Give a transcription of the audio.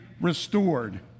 restored